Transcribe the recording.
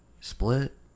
split